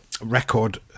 record